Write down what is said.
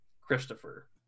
Christopher